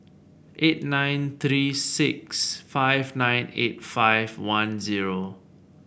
eight nine three six five nine eight five one zero